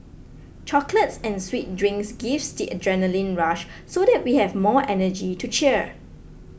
chocolates and sweet drinks gives the adrenaline rush so that we have more energy to cheer